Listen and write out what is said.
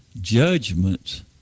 judgments